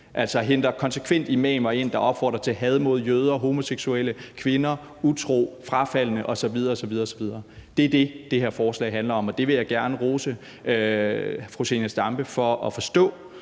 Altså, de henter konsekvent imamer ind, der opfordrer til had mod jøder, homoseksuelle, utro kvinder og frafaldne osv. osv. Det er det, det her forslag handler om, og det vil jeg gerne rose fru Zenia Stampe for at forstå.